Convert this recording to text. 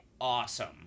awesome